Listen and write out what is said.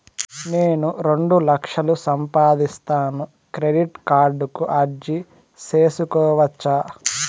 నేను రెండు లక్షలు సంపాదిస్తాను, క్రెడిట్ కార్డుకు అర్జీ సేసుకోవచ్చా?